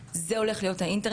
אם מישהו מתקרב אליי,